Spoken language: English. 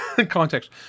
Context